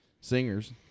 singers